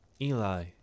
Eli